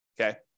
okay